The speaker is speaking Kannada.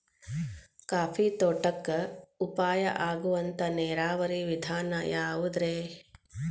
ಕಾಫಿ ತೋಟಕ್ಕ ಉಪಾಯ ಆಗುವಂತ ನೇರಾವರಿ ವಿಧಾನ ಯಾವುದ್ರೇ?